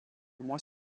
mois